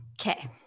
okay